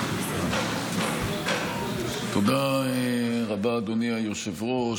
תודה רבה, אדוני היושב-ראש.